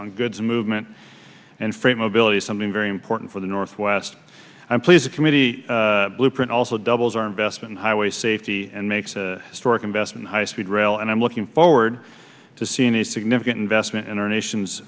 on goods movement and freight mobility something very important for the northwest i'm pleased a committee blueprint also doubles our investment highway safety and makes a historic investment high speed rail and i'm looking forward to seeing a significant investment in our nation